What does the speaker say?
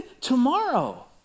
tomorrow